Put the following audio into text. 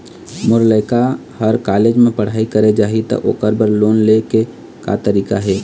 मोर लइका हर कॉलेज म पढ़ई करे जाही, त ओकर बर लोन ले के का तरीका हे?